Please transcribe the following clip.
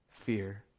fear